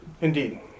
indeed